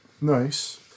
Nice